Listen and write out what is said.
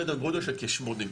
סדר גודל של כ-80.